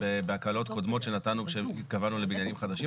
בהקלות קודמות שקבענו לבניינים חדשים.